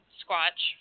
squatch